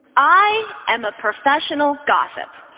i am a professional gossip.